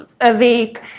awake